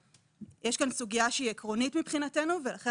יש כאן סוגיה שהיא עקרונית מבחינתנו ולכן